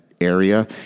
area